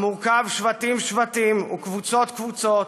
המורכב שבטים-שבטים וקבוצות-קבוצות,